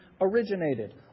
originated